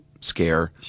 scare